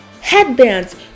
Headbands